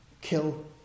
kill